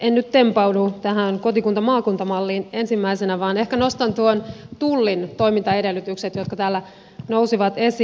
en nyt tempaudu tähän kotikuntamaakunta malliin ensimmäisenä vaan ehkä nostan tullin toimintaedellytykset jotka täällä nousivat esiin